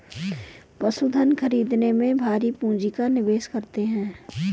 पशुधन खरीदने में भारी पूँजी का निवेश करते हैं